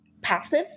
passive